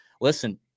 Listen